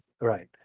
right